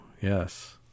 Yes